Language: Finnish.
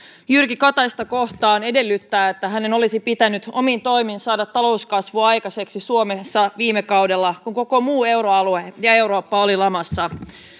jyrki kataista kohtaan edellyttää että hänen olisi pitänyt omin toimin saada talouskasvua aikaiseksi suomessa viime kaudella kun koko muu euroalue ja eurooppa oli lamassa